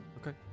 Okay